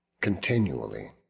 continually